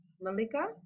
Malika